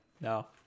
no